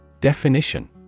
Definition